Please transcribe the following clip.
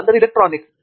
professor Abhijit P